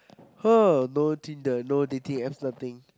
uh no tinder no dating apps nothing